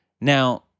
Now